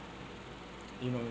you know